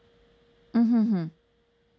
mm hmm hmm